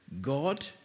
God